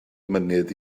mynydd